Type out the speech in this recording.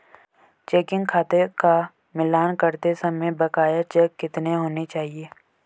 Checking खाते का मिलान करते समय बकाया चेक कितने होने चाहिए?